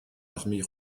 l’armée